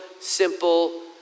simple